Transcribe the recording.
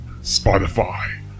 Spotify